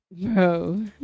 Bro